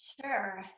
sure